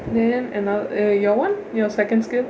then anothe~ uh your one your second skill